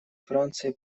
францией